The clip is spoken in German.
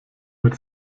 mit